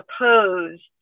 opposed